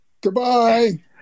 Goodbye